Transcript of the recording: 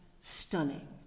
stunning